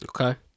Okay